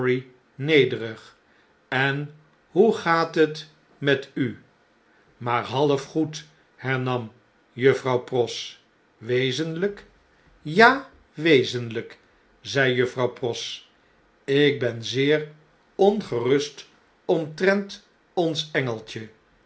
nederig en hoe gaat het met u maar half goed hernam juffrouw pross wezenlp ja wezenlp zei juffrouw pross lk ben zeer ongerust omtrent o ns engsltje